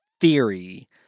theory